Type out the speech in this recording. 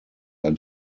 are